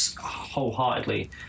wholeheartedly